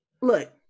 look